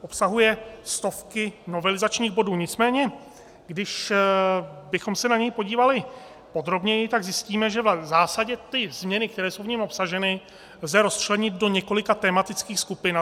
Obsahuje stovky novelizačních bodů, nicméně kdybychom se na něj podívali podrobněji, tak zjistíme, že v zásadě změny, které jsou v něm obsaženy, lze rozčlenit do několika tematických skupin.